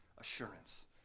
assurance